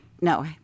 No